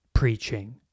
preaching